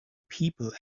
people